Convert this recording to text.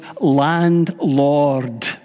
landlord